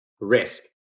risk